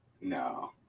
No